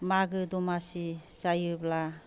मागो दमासि जायोब्ला